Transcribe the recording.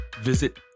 Visit